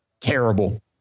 terrible